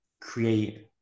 create